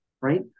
right